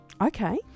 okay